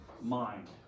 mind